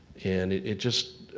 and it just,